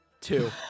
Two